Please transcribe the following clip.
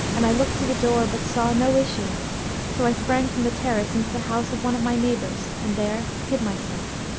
and i looked to the door but saw no issue so i sprang from the terrace into the house of one of my neighbours and there hid myself.